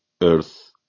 earth